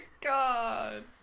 God